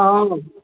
हँ